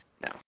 No